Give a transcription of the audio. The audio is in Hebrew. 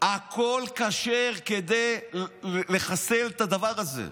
הכול כשר כדי לחסל את הדבר הזה.